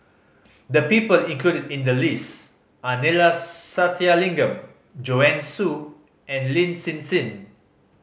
the people included in the list are Neila Sathyalingam Joanne Soo and Lin Hsin Hsin